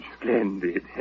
Splendid